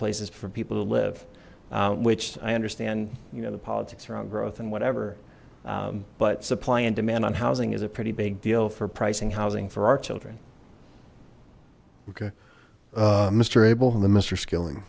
places for people to live which i understand you know the politics around growth and whatever but supply and demand on housing is a pretty big deal for pricing housing for our children okay mister abel and the mister skilling